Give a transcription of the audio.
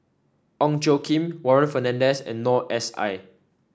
Ong Tjoe Kim Warren Fernandez and Noor S I